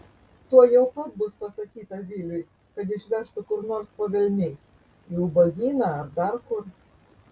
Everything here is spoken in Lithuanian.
tuojau pat bus pasakyta viliui kad išvežtų kur nors po velniais į ubagyną ar dar kur